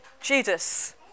Judas